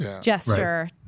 gesture